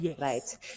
right